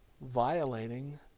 Violating